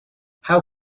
how